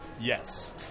Yes